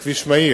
זה כביש מהיר,